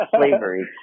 slavery